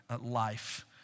life